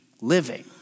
living